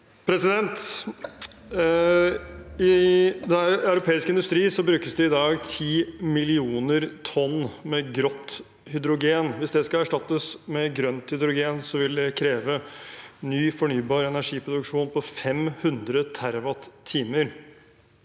I europeisk industri brukes det i dag 10 millioner tonn med grått hydrogen. Hvis det skal erstattes med grønt hydrogen, vil det kreve ny fornybar energiproduksjon på 500 TWh.